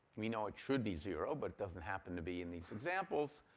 we know it should be zero, but it doesn't happen to be in these examples.